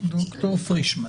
ד"ר פרישמן.